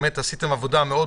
באמת עשיתם עבודה מאוד